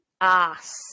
ass